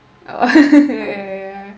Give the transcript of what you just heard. ya ya ya